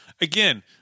again